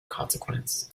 consequence